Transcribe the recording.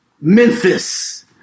Memphis